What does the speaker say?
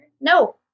No